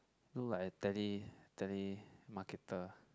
look like I tele tele telemarketer